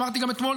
אמרתי גם אתמול,